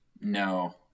No